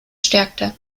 stärkte